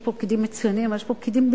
יש פה פקידים מצוינים,